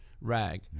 rag